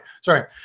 sorry